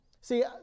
See